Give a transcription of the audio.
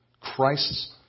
Christ's